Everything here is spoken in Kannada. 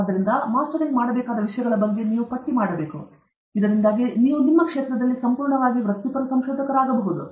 ಆದ್ದರಿಂದ ಮಾಸ್ಟರಿಂಗ್ ಮಾಡಬೇಕಾದ ವಿಷಯಗಳ ಬಗ್ಗೆ ನೀವು ಪಟ್ಟಿ ಮಾಡಬೇಕು ಇದರಿಂದಾಗಿ ನೀವು ನಿಮ್ಮ ಕ್ಷೇತ್ರದಲ್ಲಿ ಸಂಪೂರ್ಣವಾಗಿ ವೃತ್ತಿಪರ ಸಂಶೋಧಕರಾಗಬಹುದು